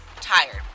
tired